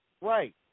Right